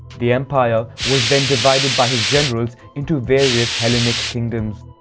the empire was then divided by his generals into various hellenic kingdoms.